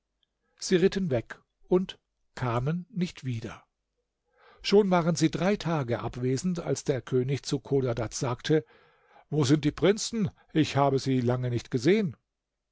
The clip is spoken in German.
sie ritten weg und kamen nicht wieder schon waren sie drei tage abwesend als der könig zu chodadad sagte wo sind die prinzen ich habe sie lange nicht gesehen